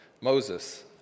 Moses